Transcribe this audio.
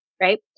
right